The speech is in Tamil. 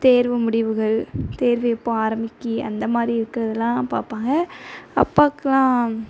தேர்வு முடிவுகள் தேர்வு எப்போ ஆரமிக்கு அந்த மாதிரி இருக்கிறதுலாம் பார்ப்பாங்க அப்பாக்கெலாம்